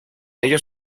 ellos